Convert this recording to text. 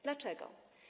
Dlaczego?